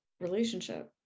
relationship